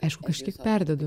aišku kažkiek perdedu